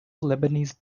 lebanese